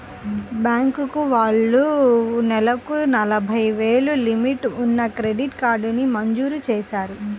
bank వాళ్ళు నెలకు ఎనభై వేలు లిమిట్ ఉన్న క్రెడిట్ కార్డుని మంజూరు చేశారు